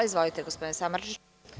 Izvolite, gospodine Samardžiću.